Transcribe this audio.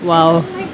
well